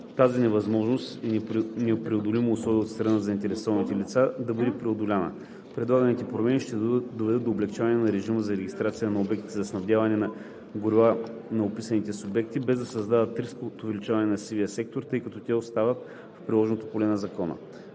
тази невъзможност и неизпълнимо условие от страна на заинтересованите лица да бъде преодоляна. Предлаганите промени ще доведат до облекчаване на режима за регистрация на обектите за снабдяване на горива на описаните субекти, без да се създава риск от увеличение на сивия сектор, тъй като те остават в приложното поле на Закона.